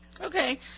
Okay